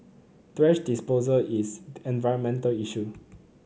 thrash disposal is an environmental issue